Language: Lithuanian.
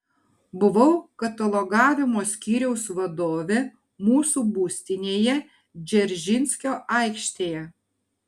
buvau katalogavimo skyriaus vadovė mūsų būstinėje dzeržinskio aikštėje